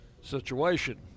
situation